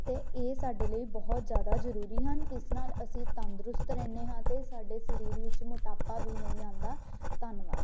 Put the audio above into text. ਅਤੇ ਇਹ ਸਾਡੇ ਲਈ ਬਹੁਤ ਜ਼ਿਆਦਾ ਜ਼ਰੂਰੀ ਹਨ ਇਸ ਨਾਲ ਅਸੀਂ ਤੰਦਰੁਸਤ ਰਹਿੰਦੇ ਹਾਂ ਅਤੇ ਸਾਡੇ ਸਰੀਰ ਵਿੱਚ ਮੋਟਾਪਾ ਵੀ ਨਹੀਂ ਆਉਂਦਾ ਧੰਨਵਾਦ